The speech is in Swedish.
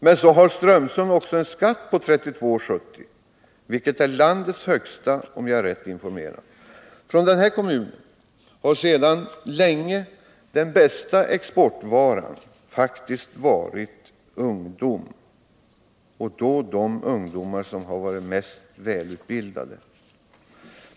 Men så har Strömsund också en skatt på 32:70, vilket är landets högsta, om jag är riktigt informerad. Från den kommunen har sedan länge den bästa exportvaran varit ungdom, och då de ungdomar som varit mest välutbildade.